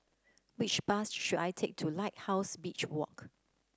which bus should I take to Lighthouse Beach Walk